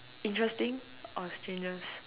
interesting or strangest